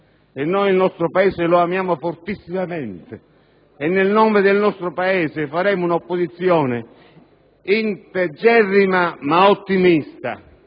Noi il nostro Paese lo amiamo fortissimamente e nel nome del nostro Paese faremo un'opposizione integerrima ma ottimista,